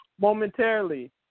momentarily